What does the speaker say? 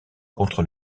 contre